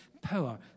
power